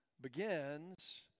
begins